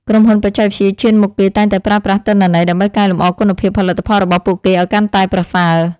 ក្រុមហ៊ុនបច្ចេកវិទ្យាឈានមុខគេតែងតែប្រើប្រាស់ទិន្នន័យដើម្បីកែលម្អគុណភាពផលិតផលរបស់ពួកគេឱ្យកាន់តែប្រសើរ។